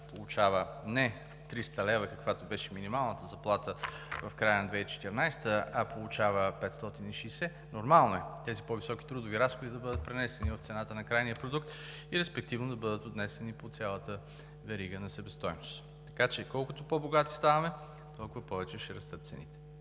получава не 300 лв., каквато беше минималната заплата в края на 2014 г., а получава 560 лв., нормално е тези по високи трудови разходи да бъдат пренесени в цената на крайния продукт и респективно да бъдат отнесени по цялата верига на себестойност. Така че, колкото по-богати ставаме, толкова повече ще растат цените.